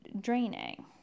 draining